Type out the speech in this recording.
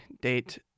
date